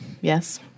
Yes